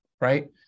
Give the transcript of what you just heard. right